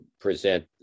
present